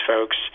folks